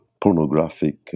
pornographic